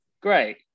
great